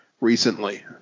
recently